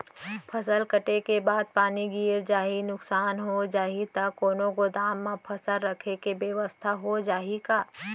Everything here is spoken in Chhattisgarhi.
फसल कटे के बाद पानी गिर जाही, नुकसान हो जाही त कोनो गोदाम म फसल रखे के बेवस्था हो जाही का?